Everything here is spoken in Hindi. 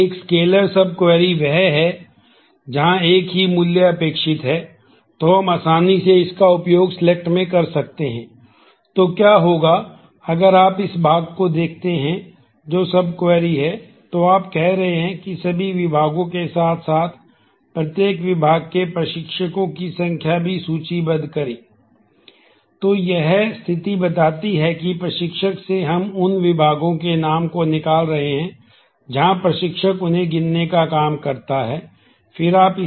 एक स्केलर सब क्वेरी में उपयोग कर रहे थे